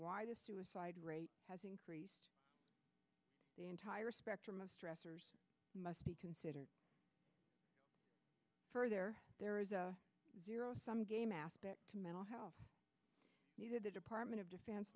the suicide rate has increased the entire spectrum of stressors must be considered further there is a zero sum game aspect to mental health neither the department of defen